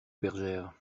bergère